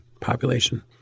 population